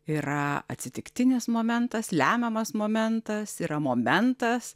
yra atsitiktinis momentas lemiamas momentas yra momentas